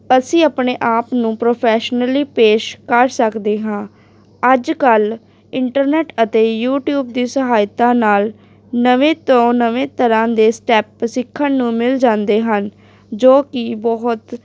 ਅਸੀਂ ਆਪਣੇ ਆਪ ਨੂੰ ਪ੍ਰੋਫੈਸ਼ਨਲੀ ਪੇਸ਼ ਕਰ ਸਕਦੇ ਹਾਂ ਅੱਜ ਕੱਲ੍ਹ ਇੰਟਰਨੈੱਟ ਅਤੇ ਯੂਟਿਊਬ ਦੀ ਸਹਾਇਤਾ ਨਾਲ ਨਵੇਂ ਤੋਂ ਨਵੇਂ ਤਰ੍ਹਾਂ ਦੇ ਸਟੈਪ ਸਿੱਖਣ ਨੂੰ ਮਿਲ ਜਾਂਦੇ ਹਨ ਜੋ ਕਿ ਬਹੁਤ